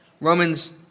Romans